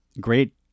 great